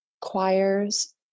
choirs